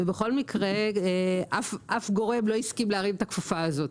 ובכל מקרה, אף גורם לא הסכים להרים את הכפפה הזאת.